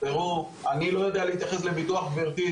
אני לא יודע להתייחס לביטוח, גבירתי.